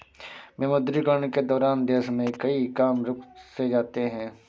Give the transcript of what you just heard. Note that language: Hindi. विमुद्रीकरण के दौरान देश में कई काम रुक से जाते हैं